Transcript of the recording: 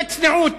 אני אומר בצניעות,